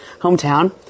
hometown